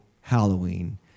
Halloween